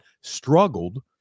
struggled